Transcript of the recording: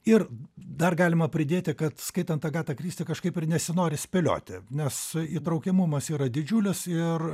ir dar galima pridėti kad skaitant agata kristi kažkaip ir nesinori spėlioti nes įtraukiamumas yra didžiulis ir